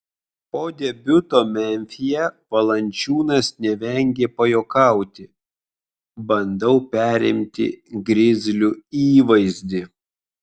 po debiuto memfyje valančiūnas nevengė pajuokauti bandau perimti grizlių įvaizdį